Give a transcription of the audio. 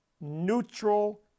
neutral